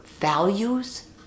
Values